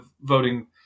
voting